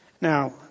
Now